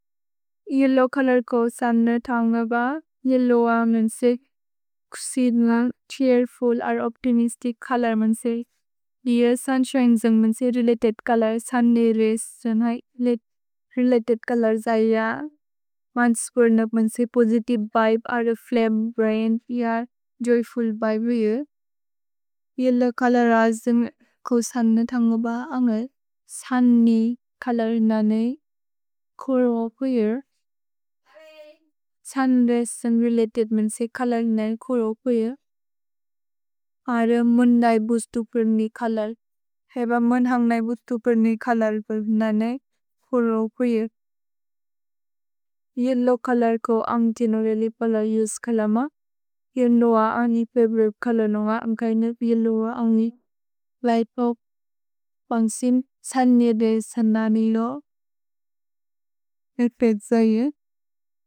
Yellow colour को सन्न थन्गब। येल्लोव् अ मेन्से कुसिन छीर्फुल् अरे ओप्तिमिस्तिच् चोलोर् मेन्से। देअर् सुन्शिने जुन्ग् मेन्से रेलतेद् चोलोर्। सुन्दय् रय्स् जुन्ग् है रेलतेद् चोलोर्स् अय। मन्त्सुपुर्नक् मेन्से positive vibe are a flame brain अय। जोय्फुल् विबे उयु। येल्लोव् चोलोर् अ जुन्ग् को सन्न थन्गब अन्गल्। सुन्न्य् चोलोर् नने कोरो उयुर्। सुन् रय्स् जुन्ग् रेलतेद् मेन्से चोलोर् नने कोरो उयुर्। अर मोन्दै बुस्तुपुर्नि चोलोर्। हेब मोन्धन्ग्नै बुस्तुपुर्नि चोलोर् नने कोरो उयुर्। येल्लोव् चोलोर् को अन्ग् तिनुरेलि पोल युस् कलम। येल्लोव् अ अन्गि फवोरिते चोलोर् नोन्ग। अन्ग् कैनिप् येल्लोव् अ अन्गि लिघ्त् बुल्ब् पन्ग्सिन्। सुन्न्य् दय् सन्न मिलो। एल्पेत् जयिन्।